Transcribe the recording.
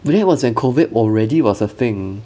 today was when COVID already was a thing